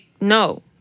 no